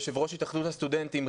יושב-ראש התאחדות הסטודנטים.